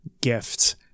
gift